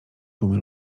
tłumy